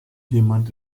jemand